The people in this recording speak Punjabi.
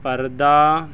ਪਰਦਾ